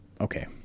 Okay